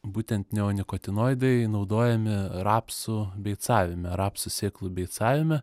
būtent neonikotinoidai naudojami rapsų beicavime rapsų sėklų beicavime